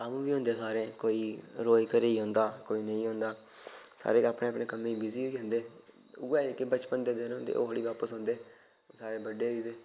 कम्म बी हुंदे सारें कोई रोज घरै गी आंदा कोई नेई आंदा सारे अपने अपने कम्में च बीजी होई जंदे उ'ऐ जेह्के बचपन दे दिन होंदे ओकड़ी गप्प सुनदे सारे बड्डे होई गेदे